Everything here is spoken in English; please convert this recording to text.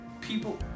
People